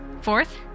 Fourth